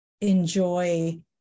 enjoy